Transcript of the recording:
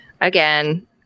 Again